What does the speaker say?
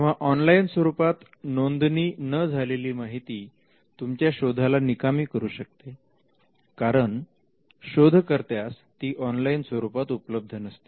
तेव्हा ऑनलाईन स्वरुपात नोंदणी न झालेली माहिती तुमच्या शोधाला निकामी करू शकते कारण शोधकर्त्यास ती ऑनलाइन स्वरूपात उपलब्ध नसते